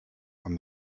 and